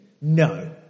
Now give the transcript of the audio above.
No